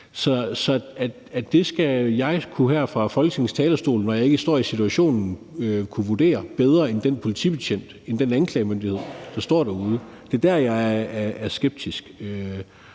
Så at jeg her fra Folketingets talerstol, når jeg ikke står i situationen, skal kunne vurdere det bedre end den politibetjent, der står derude, eller anklagemyndigheden, er der, hvor jeg er skeptisk